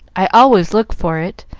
i always look for it,